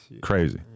crazy